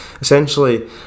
essentially